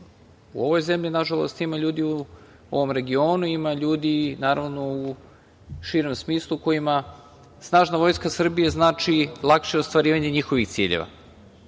u ovoj zemlji, nažalost, a ima ljudi u ovom regionu, ima ljudi, naravno, u širem smislu, kojima snažna Vojska Srbije znači lakše ostvarivanje njihovih ciljeva.